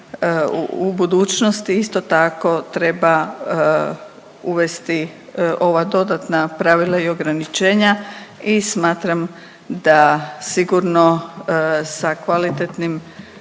u budućnosti isto tako treba uvesti ova dodatna pravila i ograničenja i smatram da sigurno sa kvalitetnim